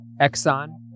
Exxon